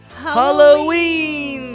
halloween